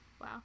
Wow